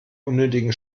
unnötigen